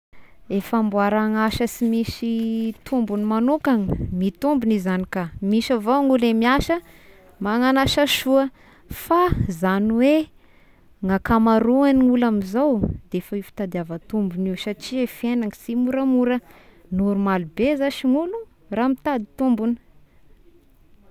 Eh famboaragna asa sy misy tombogny manokagna mitombigna izagny ka misy avao ny olo miasa magnano asa soa fa izany hoe ny akamaroa ny olo amizao defa io fitadiava tombony io satria i fiaignana sy moramora normaly be zashy ny olo raha mitady tombony.